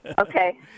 Okay